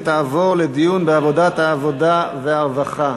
ותעבור לדיון בוועדת העבודה והרווחה